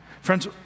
Friends